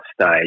stage